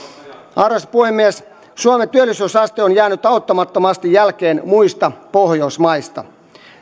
arvoisa puhemies suomen työllisyysaste on jäänyt auttamattomasti jälkeen muista pohjoismaista